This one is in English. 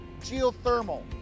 geothermal